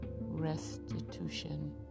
restitution